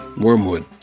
Wormwood